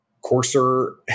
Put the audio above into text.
coarser